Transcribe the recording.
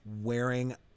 wearing